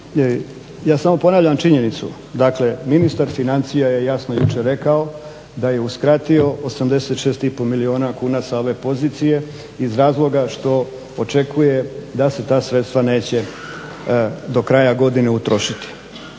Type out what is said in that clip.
Ja samo ponavljam činjenicu, dakle ministar financija je jasno jučer rekao da je uskratio 86 i pol milijuna kuna sa ove pozicije iz razloga što očekuje da se ta sredstva neće do kraja godine utrošiti